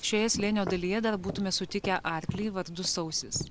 šioje slėnio dalyje dar būtume sutikę arklį vardu sausis